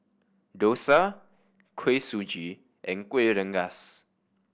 dosa Kuih Suji and Kueh Rengas